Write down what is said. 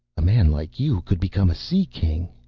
a man like you could become a sea-king.